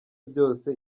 byose